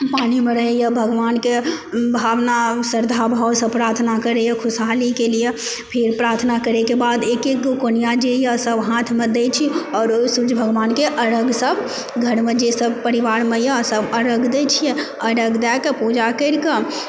पानी मऽ रहै यऽ भगवानके भावना श्रद्धा भावसँ प्रार्थना करै यऽ खुशहालीके लिए फिर प्रार्थना करैके बाद एक एकगो कोनिया जे यऽ सब हाथमे दै छि आओर ओ सूर्ज भगवानके अर्घ्य सब घरमे जे सब परिवारमे यऽ सब अर्घ्य दै छियै अर्घ्य दए कऽ पूजा करि कऽ